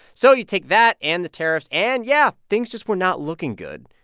so you take that and the tariffs and yeah, things just were not looking good.